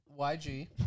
YG